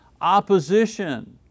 opposition